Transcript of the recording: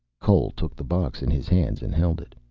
cole took the box in his hands and held it.